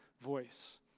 voice